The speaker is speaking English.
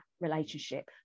relationship